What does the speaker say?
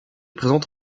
présente